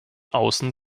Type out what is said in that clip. außen